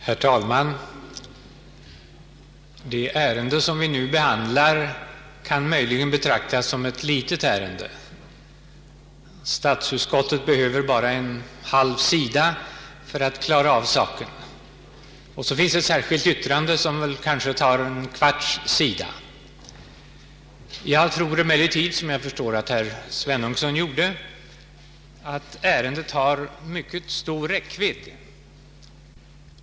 Herr talman! Det ärende som vi nu behandlar kan möjligen betraktas såsom ett litet ärende. Statsutskottet behöver bara en halv sida för att klara av saken. Så finns ett särskilt yttrande, som kanske upptar en kvarts sida. Jag tror emellertid — jag förstår att herr Svenungsson gjorde det — att ärendet har en mycket stor räckvidd.